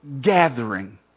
gathering